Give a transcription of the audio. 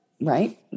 right